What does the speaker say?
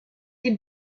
est